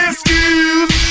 Excuse